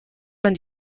man